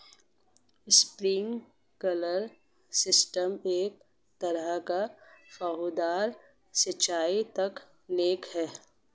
sprinkler system एक तरह का फुहारेदार सिंचाई तकनीक है